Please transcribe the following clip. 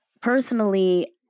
personally